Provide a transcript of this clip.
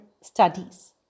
studies